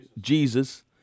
Jesus